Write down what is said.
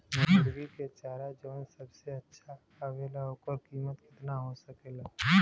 मुर्गी के चारा जवन की सबसे अच्छा आवेला ओकर कीमत केतना हो सकेला?